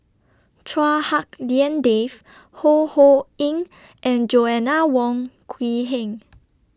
Chua Hak Lien Dave Ho Ho Ying and Joanna Wong Quee Heng